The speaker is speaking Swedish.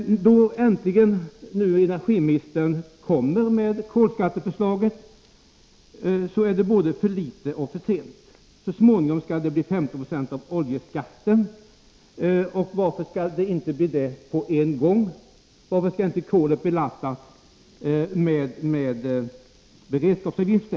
När energiministern nu äntligen kommer med kolskatteförslaget så är det både för litet och för sent. Så småningom skall kolskatten bli 50 96 av oljeskatten. Varför skall den inte bli det med en gång? Varför skall inte kolet Nr 14 belastas med beredskapsavgift?